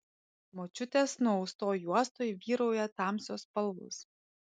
močiutės nuaustoj juostoj vyrauja tamsios spalvos